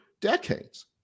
decades